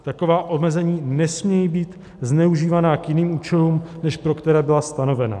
Taková omezení nesmějí být zneužívána k jiným účelům, než pro které byla stanovena.